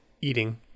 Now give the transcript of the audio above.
eating